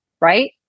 right